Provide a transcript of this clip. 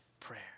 prayer